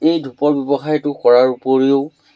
এই ধূপৰ ব্যৱসায়টো কৰাৰ উপৰিও